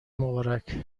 مبارک